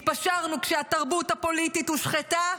התפשרנו כשהתרבות הפוליטית הושחתה.